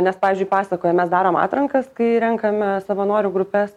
nes pavyzdžiui pasakoja mes darom atrankas kai renkame savanorių grupes